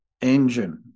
engine